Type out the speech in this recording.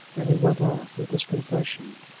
and he went on with his confession.